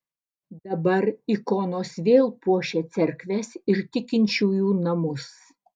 dabar ikonos vėl puošia cerkves ir tikinčiųjų namus